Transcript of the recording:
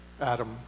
Adam